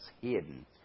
hidden